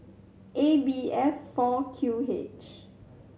A B F four Q H